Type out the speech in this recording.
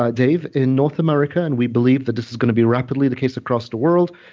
ah dave. in north america, and we believe that this is going to be rapidly the case across the world,